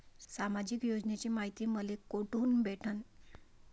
सामाजिक योजनेची मायती मले कोठून भेटनं?